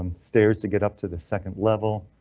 um stairs to get up to the second level.